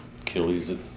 Achilles